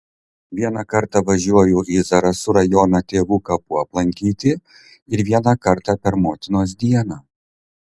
vieną kartą važiuoju į zarasų rajoną tėvų kapų aplankyti ir vieną kartą per motinos dieną